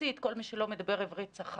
הרוסית כל מי שלא מדבר עברית צחה